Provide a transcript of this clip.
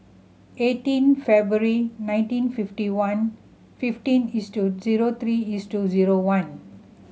eighteen February nineteen fifty one fifteen is to zero three is to zero one